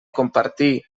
compartir